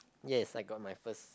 yes I got my first